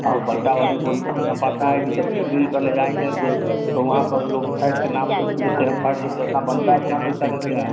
और बल्टा वाले को ना पता है कि जब मिल पर ले जाएँगे तो वहाँ पर लोग फैट के नाम से लेते हैं फैट जब जितना बनता है उतना पैसा देते हैं